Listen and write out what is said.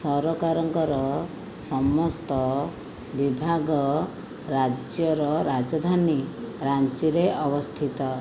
ସରକାରଙ୍କର ସମସ୍ତ ବିଭାଗ ରାଜ୍ୟର ରାଜଧାନୀ ରାଞ୍ଚିରେ ଅବସ୍ଥିତ